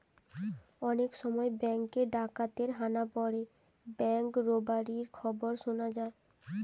অনেক সময় বেঙ্ক এ ডাকাতের হানা পড়ে ব্যাঙ্ক রোবারির খবর শুনা যায়